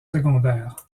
secondaires